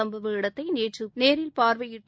சும்பவ இடத்தை நேற்று நேரில் பார்வையிட்டு